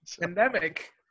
pandemic